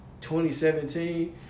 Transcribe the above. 2017